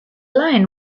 line